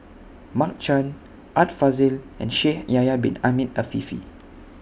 Mark Chan Art Fazil and Shaikh Yahya Bin Ahmed Afifi